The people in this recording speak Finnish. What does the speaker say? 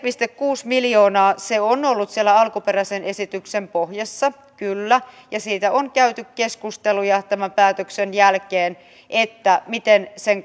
kuusi miljoonaa on ollut siellä alkuperäisen esityksen pohjassa kyllä ja siitä on käyty keskusteluja tämän päätöksen jälkeen miten sen